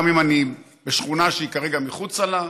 גם אם אני בשכונה שהיא כרגע מחוצה לה,